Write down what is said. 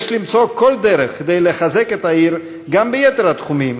יש למצוא כל דרך לחזק את העיר גם ביתר התחומים,